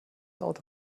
auto